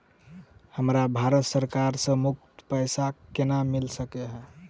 हमरा भारत सरकार सँ मुफ्त पैसा केना मिल सकै है?